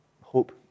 hope